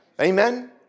Amen